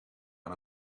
aan